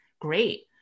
great